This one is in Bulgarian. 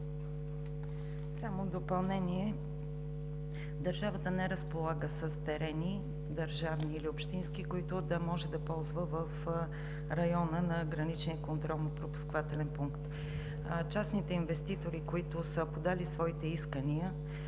Само в допълнение – държавата не разполага с държавни или общински терени, които да може да ползва в района на граничния контролно-пропускателен пункт. Частните инвеститори, които са подали своите искания